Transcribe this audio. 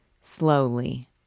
Slowly